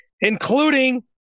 including